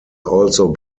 also